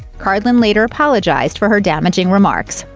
karlan later apologized for her damaging remarks.